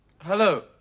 hello